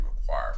require